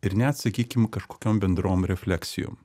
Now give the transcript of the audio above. ir net sakykim kažkokiom bendrom refleksijom